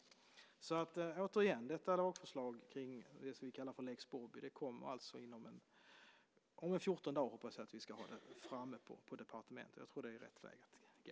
Återigen: Lagförslaget kring det som vi kallar för lex Bobby hoppas jag att vi ska ha framme på departementet om 14 dagar. Jag tror att det är rätt väg att gå.